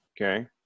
Okay